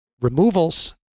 removals